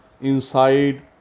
inside